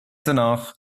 danach